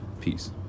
Peace